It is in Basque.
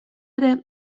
ere